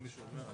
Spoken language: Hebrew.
צוהריים טובים.